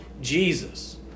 Jesus